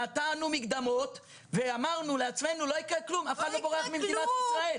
נתנו מקדמות ואמרנו שלא יקרה כלום כי אך אחד לא בורח ממדינת ישראל.